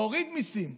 להוריד מיסים,